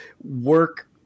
work